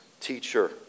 teacher